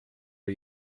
are